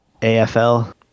AFL